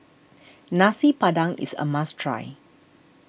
Nasi Padang is a must try